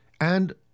and